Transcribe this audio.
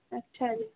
ਅੱਛਾ ਜੀ